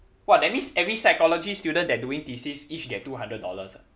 !wah! that means every psychology student that doing thesis each get two hundred dollars ah